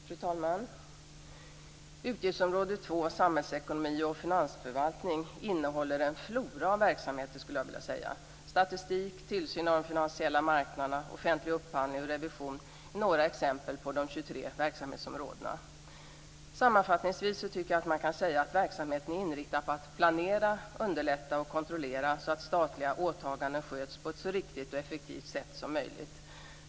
Fru talman! Utgiftsområde 2 Samhällsekonomi och finansförvaltning innehåller en flora av verksamheter. Statistik, tillsyn av de finansiella marknaderna, offentlig upphandling och revision är några exempel på de 23 verksamhetsområdena. Sammanfattningsvis tycker jag att man kan säga att verksamheten är inriktad på att planera, underlätta och kontrollera att statliga åtaganden sköts på så riktigt och effektivt sätt som möjligt.